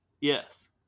Yes